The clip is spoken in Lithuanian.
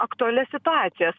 aktualias situacijas